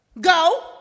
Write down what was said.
Go